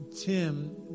Tim